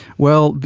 well,